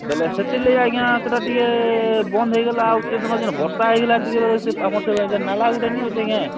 ବେଲେ ସେଥିର୍ଲାଗି ଆଜ୍ଞା ସେଟା ଟିକେ ବନ୍ଦ ହେଇଗଲା ଆଉ ସେ ଦିନ ଯେନ୍ ବର୍ଷା ହେଇଗଲା ଟିକେ ବାଗିର୍ ଆମର୍ ସେ ନାଲା ଗୁଟେ ନି ଅଛେ କାଏଁ